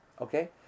okay